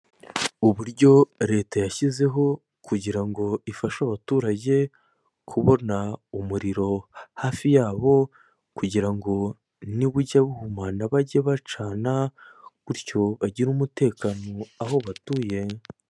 Uburyo leta yashyizeho, kugira ngo ifashe abaturage kubona umuriro hafi yabo, kugira ngo ni bujya buhumana bajye bacana, gutyo bagire umutekano aho batuye.